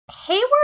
Hayward